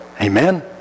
Amen